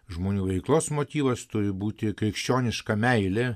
žmonių veiklos motyvas turi būti krikščioniška meilė